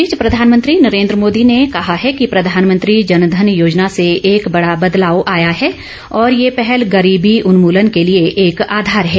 इस बीच प्रधानमंत्री नरेन्द्र मोदी ने कहा है कि प्रधानमंत्री जन धन योजना से एक बड़ा बदलाव आया है और यह पहल गरीबी उन्मूलन के लिए एक आधार है